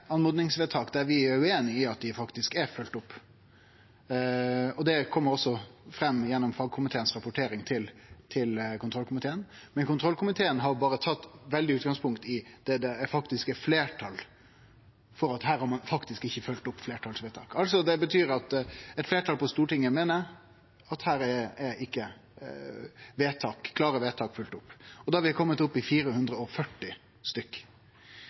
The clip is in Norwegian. der vi er ueinige i at oppmodingsvedtak faktisk er følgde opp. Det kjem også fram gjennom rapporteringa frå fagkomiteane til kontrollkomiteen, men kontrollkomiteen har berre tatt utgangspunkt i dei sakene der det er eit fleirtal som seier at ein ikkje har følgt opp vedtaka. Det betyr at eit fleirtal på Stortinget meiner at her er ikkje klare vedtak følgde opp. Vi er da komne opp i 440